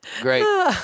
Great